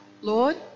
Lord